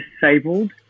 disabled